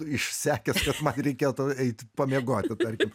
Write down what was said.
išsekęs kad man reikėtų eit pamiegoti tarkim